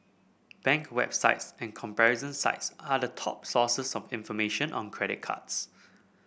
bank websites and comparison sites are the top sources of information on credit cards